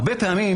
הרבה פעמים